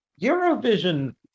Eurovision